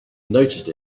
noticed